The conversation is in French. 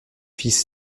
fils